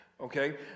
Okay